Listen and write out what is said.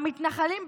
המתנחלים,